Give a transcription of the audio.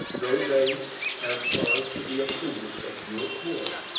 though they have cause to be offended at your course,